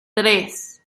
tres